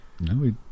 No